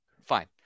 fine